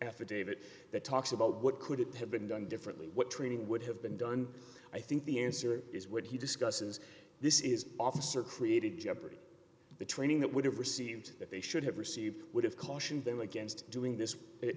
affidavit that talks about what could have been done differently what training would have been done i think the answer is what he discusses this is officer created jeopardy the training that would have received that they should have received would have cautioned them against doing this